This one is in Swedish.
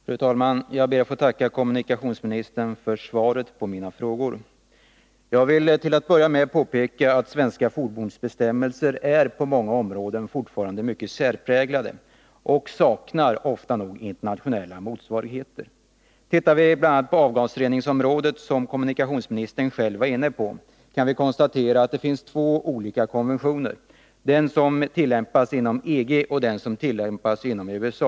Fru talman! Jag ber att få tacka kommunikationsministern för svaret på mina frågor. Till att börja med vill jag påpeka att svenska fordonsbestämmelser fortfarande är mycket särpräglade på många områden och ofta saknar internationella motsvarigheter. Ser vi på bl.a. avgasreningsområdet, som kommunikationsministern själv var inne på, kan vi konstatera att det finns två olika konventioner: den som tillämpas inom EG och den som tillämpas inom USA.